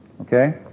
Okay